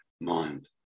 mind